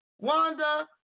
Wanda